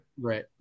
Right